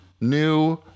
new